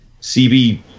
CB